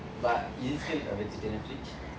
but is it still a vegetarian fridge